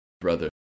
Brother